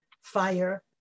fire